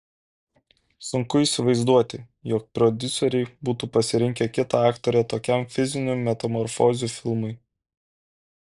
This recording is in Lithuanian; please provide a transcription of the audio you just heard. sunku įsivaizduoti jog prodiuseriai būtų pasirinkę kitą aktorę tokiam fizinių metamorfozių filmui